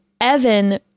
Evan